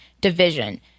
division